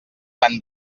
tant